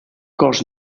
cos